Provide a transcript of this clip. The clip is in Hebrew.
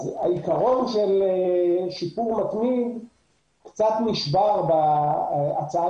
העיקרון של שיפור מתמיד קצת נשבר בהצעה